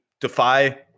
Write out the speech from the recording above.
defy